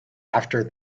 after